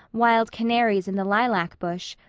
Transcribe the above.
wild canaries in the lilac bush,